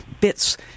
bits